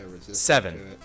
Seven